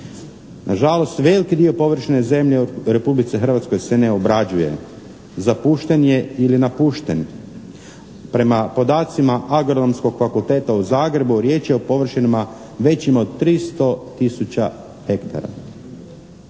Na žalost veliki dio površine zemlje u Republici Hrvatskoj se ne obrađuje, zapušten je ili napušten. Prema podacima Agronomskog fakulteta u Zagrebu riječ je o površinama većim od 300 tisuća hektara.